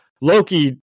Loki